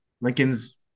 Lincoln's